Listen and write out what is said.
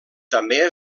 també